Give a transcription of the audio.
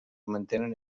mantenen